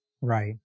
Right